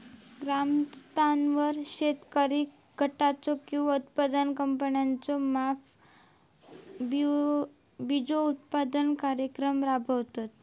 ग्रामस्तरावर शेतकरी गटाचो किंवा उत्पादक कंपन्याचो मार्फत बिजोत्पादन कार्यक्रम राबायचो?